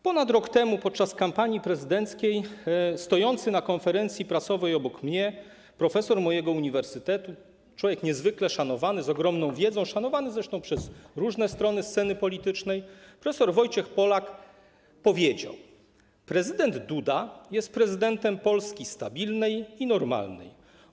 Ponad rok temu, podczas kampanii prezydenckiej, stojący na konferencji prasowej obok mnie profesor mojego uniwersytetu, człowiek niezwykle szanowany, z ogromną wiedzą, szanowany zresztą przez różne strony sceny politycznej, prof. Wojciech Polak powiedział: prezydent Duda jest prezydentem Polski stabilnej i normalnej.